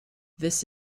this